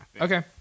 Okay